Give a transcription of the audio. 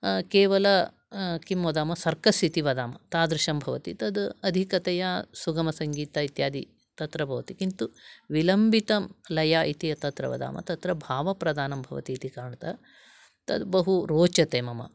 केवल किं वदामः सर्कस् इति वदाम तादृशम् अधिकतया सुगमसङ्गीत इत्यादि तत्र भवति किन्तु विलम्बितं लय इति तत्र वदामः तत्र भावप्रधानं भवतीति कारणतः तत् बहु रोचते मम